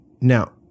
Now